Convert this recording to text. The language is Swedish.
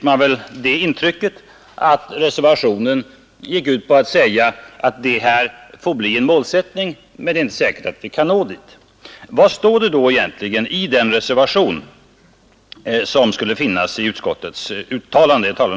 Man fick det intrycket av vad herr Arne Geijer sade att det var fråga om en brasklapp och att det inte är säkert att vi kan nå det uppsatta målet. Vad innebär då det förebehåll som skulle finnas i utskottets uttalande?